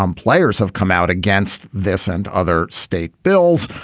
um players have come out against this and other state bills.